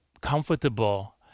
comfortable